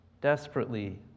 desperately